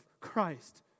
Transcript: Christ